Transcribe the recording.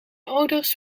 ouders